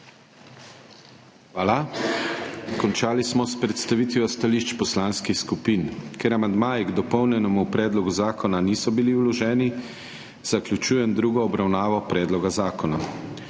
Hvala. Končali smo predstavitev stališč poslanskih skupin. Ker amandmaji k dopolnjenemu predlogu zakona niso bili vloženi, zaključujem drugo obravnavo predloga zakona.